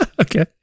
Okay